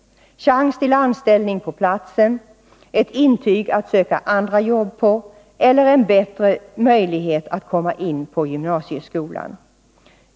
Chans till anställning på platsen, ett intyg att söka andra jobb på, eller en bättre möjlighet att komma in på gymnasieskolan.